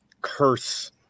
curse